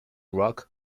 rock